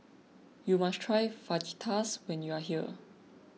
you must try Fajitas when you are here